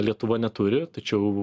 lietuva neturi tačiau